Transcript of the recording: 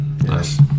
nice